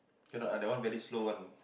cannot ah that one very slow one